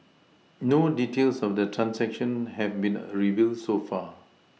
no details of the transaction have been a revealed so far